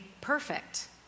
perfect